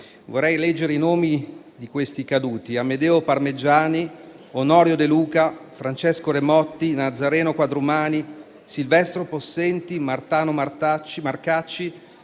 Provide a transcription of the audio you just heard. Vorrei leggere i nomi di questi caduti: